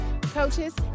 coaches